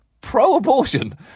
Pro-abortion